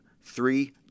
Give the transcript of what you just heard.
three